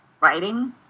writing